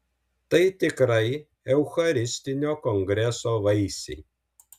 tai tikrai eucharistinio kongreso vaisiai